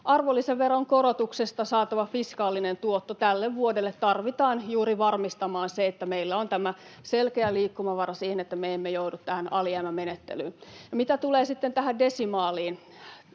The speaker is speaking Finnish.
Arvonlisäveron korotuksesta saatava fiskaalinen tuotto tälle vuodelle tarvitaan juuri varmistamaan se, että meillä on tämä selkeä liikkumavara siihen, että me emme joudu tähän alijäämämenettelyyn. Ja mitä tulee sitten tähän desimaaliin.